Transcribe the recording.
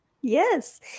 Yes